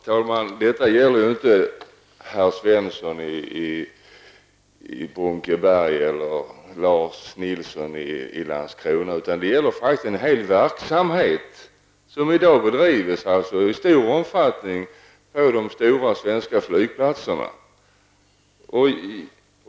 Herr talman! Detta gäller ju inte herr Svensson i Brunkeberg eller Lars Nilsson i Landskrona, utan det gäller faktiskt en hel verksamhet som i dag drivs i stor omfattning på de stora svenska flygplatserna.